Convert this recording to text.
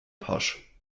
pasch